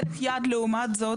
ערך יעד לעומת זאת,